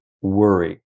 worry